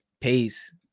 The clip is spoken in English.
peace